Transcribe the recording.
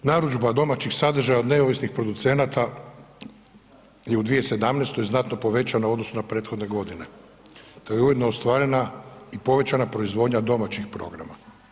Narudžba domaćih sadržaja od neovisnih producenata je u 2017. je znatno povećana u odnosu na prethodne godine te je ujedno ostvarena i povećana proizvodnja domaćih programa.